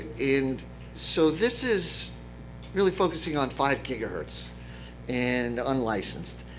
and so this is really focusing on five gigahertz and unlicensed.